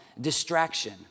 distraction